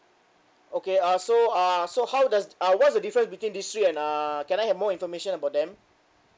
okay uh so uh so how does uh what's the difference between these three and uh can I have more information about them